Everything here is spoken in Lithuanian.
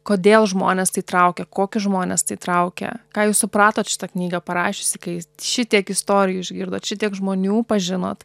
kodėl žmones tai traukia kokius žmones tai traukia ką jūs supratot šitą knygą parašiusi kai šitiek istorijų išgirdot šitiek žmonių pažinot